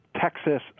Texas